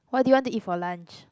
what did you want to eat for lunch